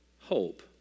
Hope